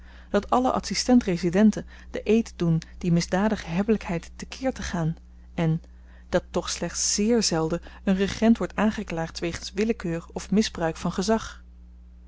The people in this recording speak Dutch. dat alle adsistent residenten den eed doen die misdadige hebbelykheid te keer te gaan en dat toch slechts zeer zelden een regent wordt aangeklaagd wegens willekeur of misbruik van gezag